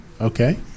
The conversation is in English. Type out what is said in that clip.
okay